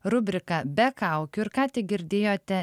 rubrika be kaukių ir ką tik girdėjote